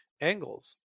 angles